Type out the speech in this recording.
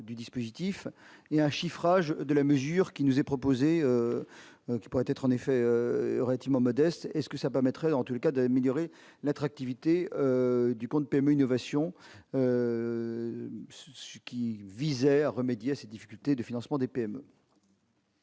du dispositif et un chiffrage de la mesure qui nous est proposé, qui pourrait être en effet relativement modeste est-ce que ça permettrait en tout cas, d'améliorer l'attractivité du compte PME Innovation qui visait à remédier à ces difficultés de financement des PME.